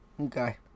okay